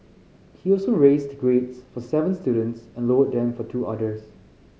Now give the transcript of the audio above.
he also raised grades for seven students and lowered them for two others